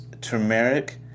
turmeric